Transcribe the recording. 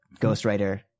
ghostwriter